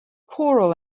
choral